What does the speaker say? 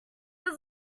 was